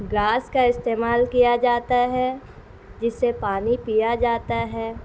glass کا استعمال کیا جاتا ہے جس سے پانی پیا جاتا ہے